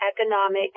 economic